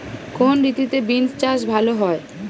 কোন ঋতুতে বিন্স চাষ ভালো হয়?